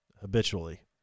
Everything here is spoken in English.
habitually